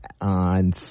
on